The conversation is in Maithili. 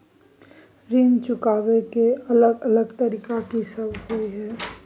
ऋण चुकाबय के अलग अलग तरीका की सब हय?